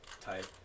Type